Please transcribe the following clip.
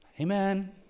amen